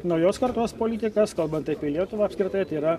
naujos kartos politikas kalbant apie lietuvą apskritai tai yra